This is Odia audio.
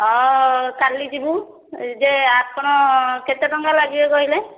କାଲି ଯିବୁ ଯେ ଆପଣ କେତେ ଟଙ୍କା ଲାଗିବ କହିଲେ